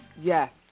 Yes